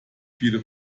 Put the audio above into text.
viele